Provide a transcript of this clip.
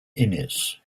innes